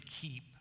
keep